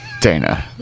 Dana